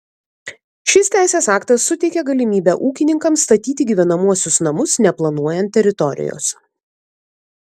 šis teisės aktas suteikia galimybę ūkininkams statyti gyvenamuosius namus neplanuojant teritorijos